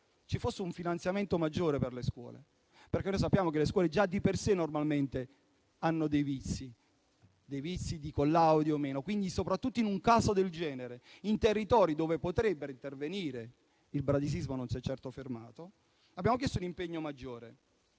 chiesto un finanziamento maggiore per le scuole, perché noi sappiamo che le scuole già di per sé hanno dei vizi, vizi di collaudo o meno. Quindi, soprattutto in un caso del genere, in territori dove potrebbero intervenire - il bradisismo non si è certo fermato - abbiamo chiesto un impegno maggiore.